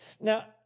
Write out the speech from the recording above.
Now